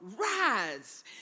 rise